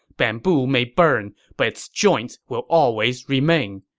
bamboo may burn, but its joints will always remain.